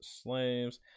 slaves